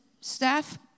staff